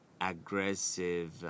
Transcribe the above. aggressive